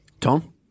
Tom